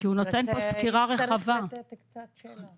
תוכל לתת מאפריל עד היום גם.